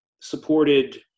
supported